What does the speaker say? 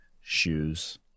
shoes